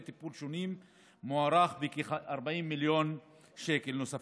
טיפול שונים מוערך בכ-40 מיליון שקל נוספים.